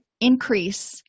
increase